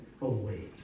away